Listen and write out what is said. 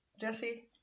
Jesse